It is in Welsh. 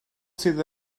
sydd